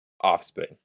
offspring